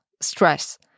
stress